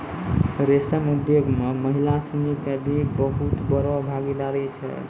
रेशम उद्योग मॅ महिला सिनि के भी बहुत बड़ो भागीदारी छै